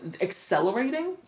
accelerating